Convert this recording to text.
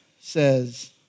says